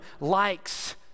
likes